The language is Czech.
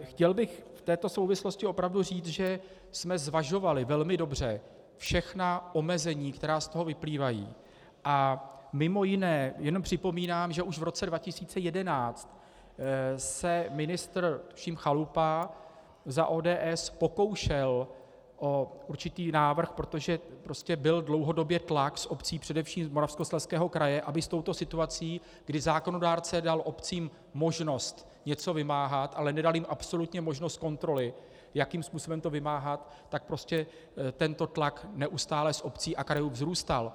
Chtěl bych v této souvislosti opravdu říct, že jsme zvažovali velmi dobře všechna omezení, která z toho vyplývají, a mj. jenom připomínám, že už v roce 2011 se ministr, tuším, Chalupa za ODS pokoušel o určitý návrh, protože prostě byl dlouhodobě tlak z obcí především z Moravskoslezského kraje, aby s touto situací, kdy zákonodárce dal obcím možnost něco vymáhat, ale nedal jim absolutně možnost kontroly, jakým způsobem to vymáhat, tak prostě tento tlak neustále z obcí a krajů vzrůstal.